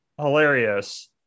hilarious